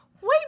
wait